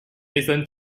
listen